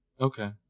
Okay